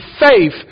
faith